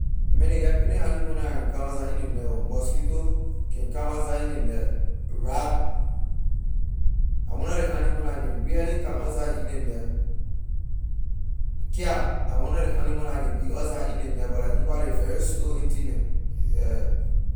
Man ley get plenty animal la can come outside in ley night ho mosquito can come outside in ley night rat la one of ley animal la can really come outside in ley night cat la one of ley animal la can be outside in ley night but la own pah ley very slow in thing neh yeah.